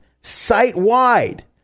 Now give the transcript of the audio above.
site-wide